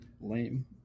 Lame